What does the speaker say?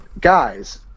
guys